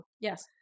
Yes